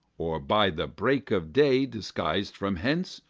or by the break of day disguis'd from hence.